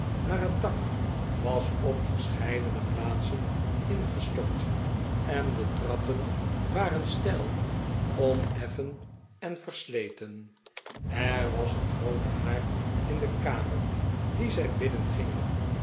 maar het dak was op verscheidene plaatsen ingestort en de trappen waren steil oneffen en versleten er was een groote haard in de kamer die zij